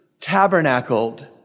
tabernacled